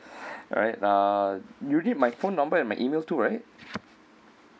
alright uh you need my phone number and my email too right